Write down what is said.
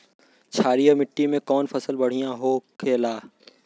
क्षारीय मिट्टी में कौन फसल बढ़ियां हो खेला?